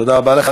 תודה רבה לך.